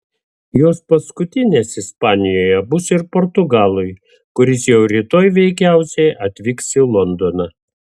jos paskutinės ispanijoje bus ir portugalui kuris jau rytoj veikiausiai atvyks į londoną